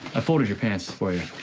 i folded your pants for you.